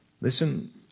Listen